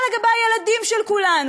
מה לגבי הילדים של כולנו?